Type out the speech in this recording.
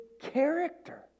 character